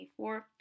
24